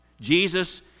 Jesus